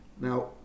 Now